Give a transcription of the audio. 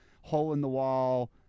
hole-in-the-wall